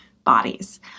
bodies